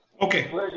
Okay